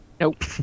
nope